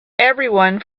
everyone